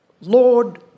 Lord